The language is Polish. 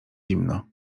zimno